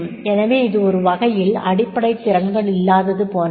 எனவே இது ஒருவகையில் அடிப்படைத் திறன்கள் இல்லாதது போன்றதே